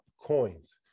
coins